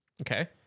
Okay